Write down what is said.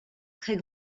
très